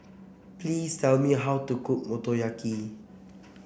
please tell me how to cook Motoyaki